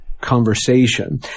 conversation